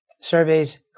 Surveys